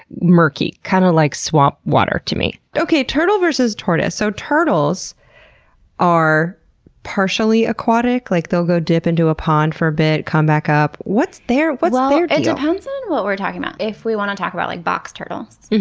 murky, kind of like swamp water to me. okay, turtle versus tortoise. so turtles are partially aquatic like, they'll go dip into a pond for a bit, come back up. what's their deal? well ah it and depends on what we're talking about. if we want to talk about like box turtles,